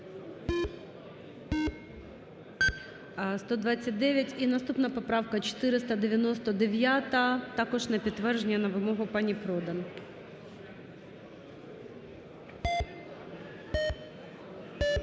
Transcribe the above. За-129 І наступна поправка 499 також на підтвердження, на вимогу пані Продан.